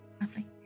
Lovely